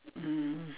mm